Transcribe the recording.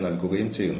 ഇത് ശരിക്കും